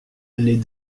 les